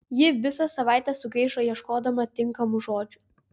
ji visą savaitę sugaišo ieškodama tinkamų žodžių